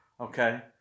okay